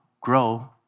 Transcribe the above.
grow